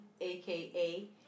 aka